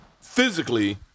physically